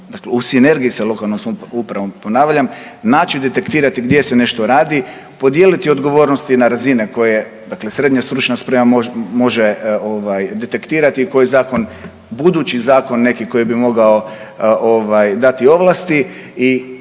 u sinergiji sa lokalnom samoupravom ponavljam, naći detektirati gdje se nešto radi, podijeliti odgovornosti na razine koje, dakle srednja stručna sprema može ovaj detektirati koji zakon, budući zakon neko koji bi mogao ovaj dati ovlasti i u sinergiji